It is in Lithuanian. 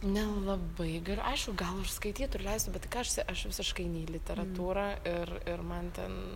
nelabai galiu aišku gal ir užskaitytų ir leistų bet tai ką aš su ja aš visiškai ne į literatūrą ir ir man ten